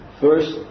First